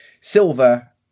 Silver